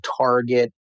Target